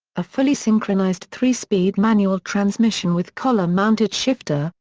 a fully synchronized three-speed manual transmission with column-mounted shifter,